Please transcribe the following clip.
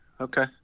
Okay